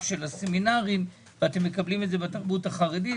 של הסמינרים ואת מקבלים את זה בתרבות בחרדית.